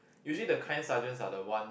usually the kind sergeants are the one